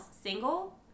single